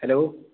hello